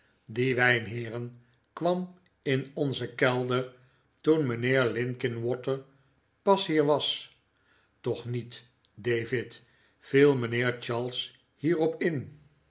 die wijn heeren kwam in onzen kelder toen mijnheer linkinwater pas hier'was toch niet david viel mijnheer charles hierop in